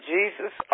Jesus